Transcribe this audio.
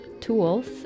tools